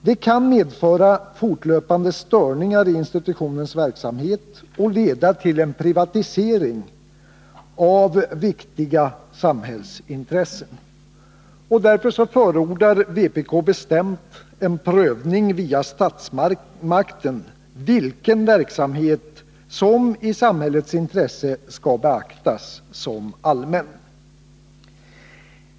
Detta kan medföra fortlöpande störningar i institutionens verksamhet och leda till en privatisering av viktiga samhällsintressen. Därför förordar vpk bestämt en prövning via statsmakten av vilken verksamhet som i samhällets intresse skall betraktas som allmän.